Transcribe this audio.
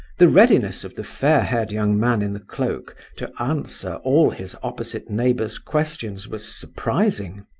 the readiness of the fair-haired young man in the cloak to answer all his opposite neighbour's questions was surprising.